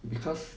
because